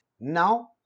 Now